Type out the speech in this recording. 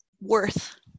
worth